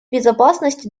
безопасности